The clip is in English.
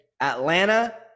Atlanta